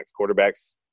Quarterbacks